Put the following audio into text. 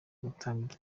gutanga